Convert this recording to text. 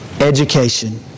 education